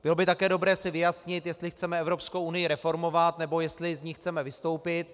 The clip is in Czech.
Bylo by také dobré si vyjasnit, jestli chceme Evropskou unii reformovat, nebo jestli z ní chceme vystoupit.